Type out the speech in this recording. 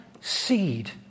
seed